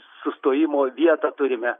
sustojimo vietą turime